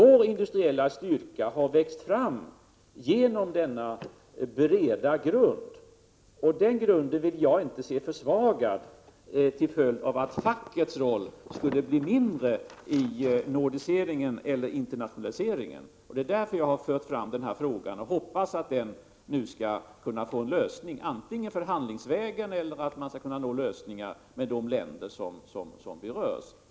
Vår industriella styrka har vuxit fram genom att vi har denna breda grund, och denna vill jag inte se försvagad till följd av att fackets roll skulle bli mindre i och med ”nordiseringen” eller internationaliseringen. Det är därför som jag har fört fram den här frågan. Jag hoppas att den nu skall kunna få en lösning — antingen förhandlingsvägen eller genom att vi kan uppnå lösningar med de länder som berörs.